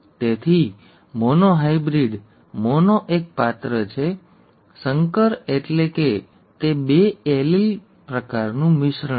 તેથી monohybrid mono એક પાત્ર છે સંકર એટલે કે તે બે એલીલ પ્રકારનું મિશ્રણ છે